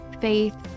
faith